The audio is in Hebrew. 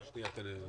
בבקשה.